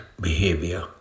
behavior